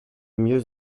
mieux